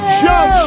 jump